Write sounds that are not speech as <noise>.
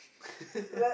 <laughs>